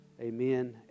Amen